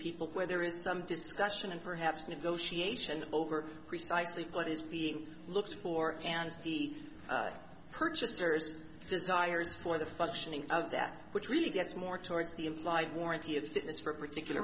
people where there is some discussion and perhaps negotiation over precisely what is being looked for and the purchaser's desires for the functioning of that which really gets more towards the implied warranty of fitness for a particular